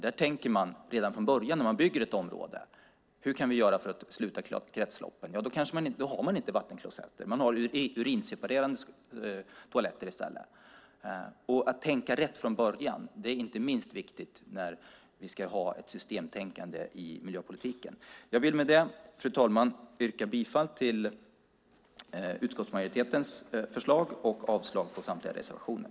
Där tänker man redan från början när man bygger ett område: Hur kan vi göra för att sluta kretsloppen? Då har man inte vattenklosetter utan urinseparerande toaletter i stället. Att tänka rätt från början är inte minst viktigt när vi ska ha ett systemtänkande i miljöpolitiken. Fru talman! Jag vill med detta yrka bifall till utskottsmajoritetens förslag och avslag på samtliga reservationer.